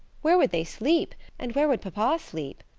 where would they sleep, and where would papa sleep?